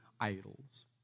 idols